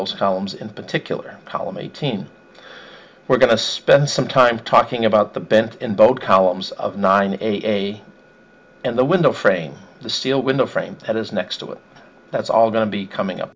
those columns in particular column eighteen we're going to spend some time talking about the bent in both columns of nine a and the window frame the steel window frame that is next to it that's all going to be coming up